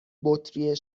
بطری